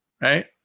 Right